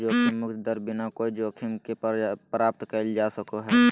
जोखिम मुक्त दर बिना कोय जोखिम के प्राप्त कइल जा सको हइ